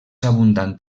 abundant